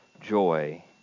joy